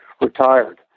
retired